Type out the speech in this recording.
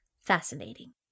Fascinating